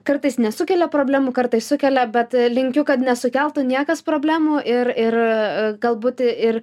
kartais nesukelia problemų kartais sukelia bet linkiu kad nesukeltų niekas problemų ir ir galbūt ir